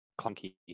clunky